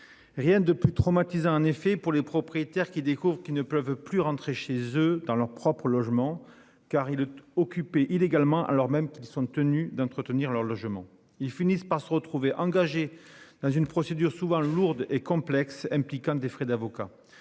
Rien de plus. En effet, pour les propriétaires qui découvrent qu'ils ne peuvent plus rentrer chez eux dans leurs propres logements car il occupé illégalement alors même qu'ils sont tenus d'entretenir leurs logements, ils finissent par se retrouver engagés dans une procédure souvent lourde et complexe impliquant des frais d'avocat.